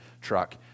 truck